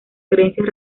creencias